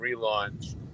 relaunch